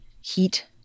heat